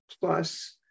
plus